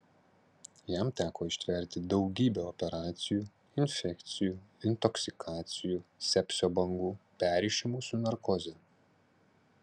jam teko ištverti daugybę operacijų infekcijų intoksikacijų sepsio bangų perrišimų su narkoze